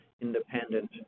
independent